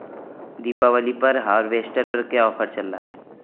दीपावली पर हार्वेस्टर पर क्या ऑफर चल रहा है?